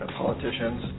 politicians